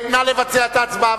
נא לבצע את ההצבעה.